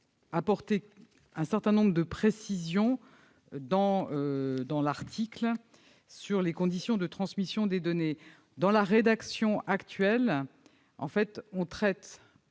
apporter un certain nombre de précisions sur les conditions de transmission des données. Dans sa rédaction actuelle, l'article 2 traite